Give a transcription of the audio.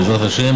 בעזרת השם,